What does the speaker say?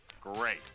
Great